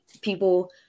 people